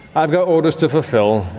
i've got orders to fulfill.